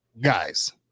Guys